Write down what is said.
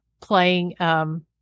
playing